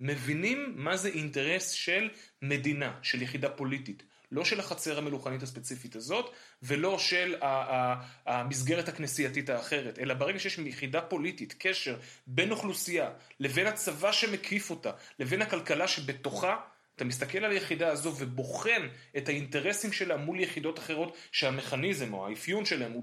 מבינים מה זה אינטרס של מדינה, של יחידה פוליטית. לא של החצר המלוכנית הספציפית הזאת ולא של המסגרת הכנסייתית האחרת, אלא ברגע שיש מיחידה פוליטית, קשר בין אוכלוסייה לבין הצבא שמקיף אותה, לבין הכלכלה שבתוכה, אתה מסתכל על היחידה הזו ובוחן את האינטרסים שלה מול יחידות אחרות שהמכניזם או האפיון שלהם הוא בו.